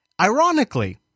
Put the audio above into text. Ironically